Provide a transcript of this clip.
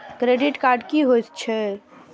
Credit card की होई छै?